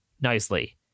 nicely